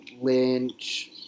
Lynch